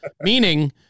meaning